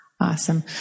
Awesome